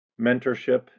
mentorship